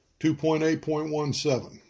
2.8.17